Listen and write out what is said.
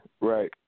Right